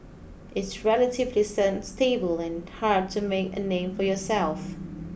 it's relatively seems stable and hard to make a name for yourself